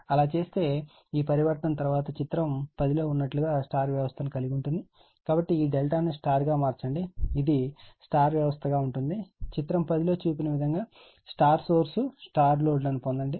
అలా చేస్తే ఈ పరివర్తన తరువాత చిత్రం 10 లో ఉన్నట్లుగా Y వ్యవస్థను కలిగి ఉంటుంది కాబట్టి ఈ ∆ ను Y గా మార్చండి ఇది వ్యవస్థగా ఉంటుంది చిత్రం 10 లో చూపిన విధంగా Y సోర్స్ Y లోడ్లను పొందండి